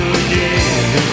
again